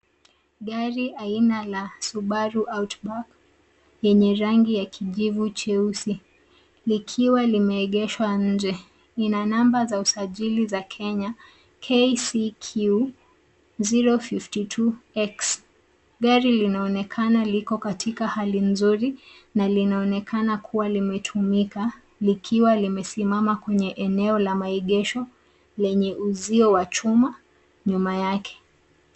Gari aina la Subaru Outback yenye rangi ya kijivu cheusi likiwa limeegeshwa nje. Lina namba za usajili za Kenya KCQ 052X. Gari linaonekana liko katika hali nzuri na linaonekana kuwa limetumika, likiwa limesimama kwenye eneo la maegesho lenye uzio wa chuma nyuma yake.